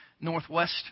Northwest